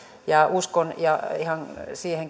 perustuen uskon ihan siihen